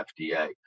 fda